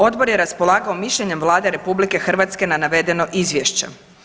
Odbor je raspolagao mišljenjem Vlade Republike Hrvatske na navedeno izvješće.